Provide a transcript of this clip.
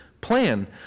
plan